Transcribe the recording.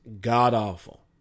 god-awful